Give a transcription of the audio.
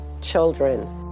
children